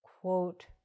quote